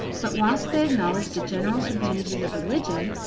but whilst they acknowledged the general advantages of religion,